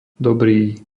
dobrý